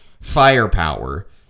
firepower